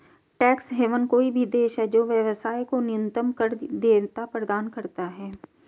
tax haven कोई भी देश है जो व्यवसाय को न्यूनतम कर देयता प्रदान करता है